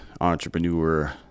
entrepreneur